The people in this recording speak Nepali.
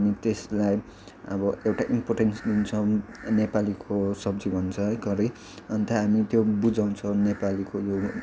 हामी त्यसलाई अब एउटा इम्पोर्टेन्स दिन्छौँ नेपालीको सब्जी भन्छ है करी अन्त हामी त्यो बुझाउँछौँ नेपालीको यो